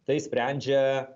tai sprendžia